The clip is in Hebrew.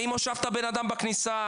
האם הושבת בן אדם בכניסה?